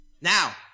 Now